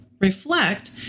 Reflect